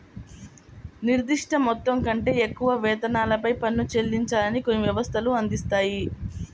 నిర్దిష్ట మొత్తం కంటే ఎక్కువ వేతనాలపై పన్ను చెల్లించాలని కొన్ని వ్యవస్థలు అందిస్తాయి